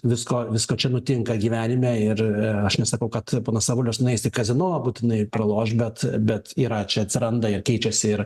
visko visko čia nutinka gyvenime ir aš nesakau kad ponas avulis nueis į kazino būtinai praloš bet bet yra čia atsiranda ir keičiasi ir